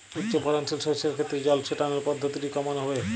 উচ্চফলনশীল শস্যের ক্ষেত্রে জল ছেটানোর পদ্ধতিটি কমন হবে?